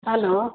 hello